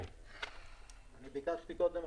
בבקשה.